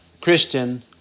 Christian